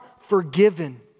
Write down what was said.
forgiven